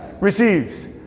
receives